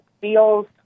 feels